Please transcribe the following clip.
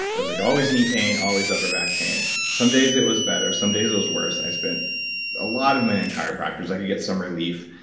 it was like always knee pain, always upper back pain. some days it was better, some days it was worse. i spent a lot of money on chiropractors, i could get some relief,